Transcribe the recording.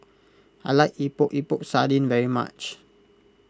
I like Epok Epok Sardin very much